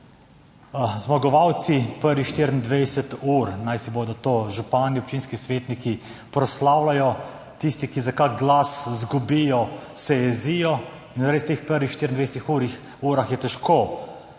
Zmagovalci prvih 24 ur, naj bodo to župani, občinski svetniki, proslavljajo, tisti, ki za kak glas izgubijo, se jezijo. In res, v teh prvih 24 urah je težko